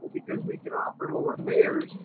because we can offer lower fares,